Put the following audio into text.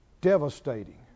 Devastating